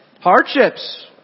Hardships